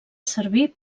servir